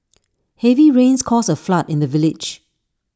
heavy rains caused A flood in the village